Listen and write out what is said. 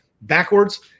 backwards